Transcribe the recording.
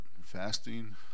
fasting